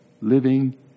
Living